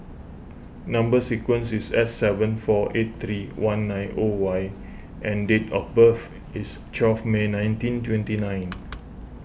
Number Sequence is S seven four eight three one nine zero Y and date of birth is twelve May nineteen twenty nine